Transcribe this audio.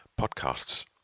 podcasts